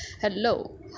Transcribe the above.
hello